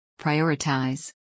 Prioritize